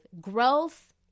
growth